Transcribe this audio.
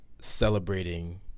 celebrating